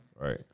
Right